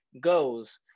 goes